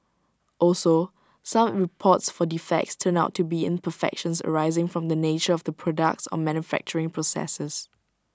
also some reports for defects turned out to be imperfections arising from the nature of the products or manufacturing processes